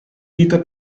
dita